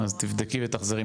אז תבדקי ותחזרי.